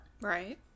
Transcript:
Right